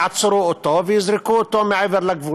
יעצרו אותו ויזרקו אותו אל מעבר לגבול.